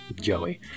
Joey